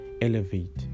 elevate